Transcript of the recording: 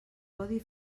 codi